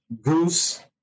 Goose